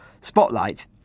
spotlight